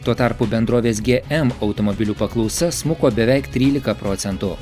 tuo tarpu bendrovės gie em automobilių paklausa smuko beveik trylika procentų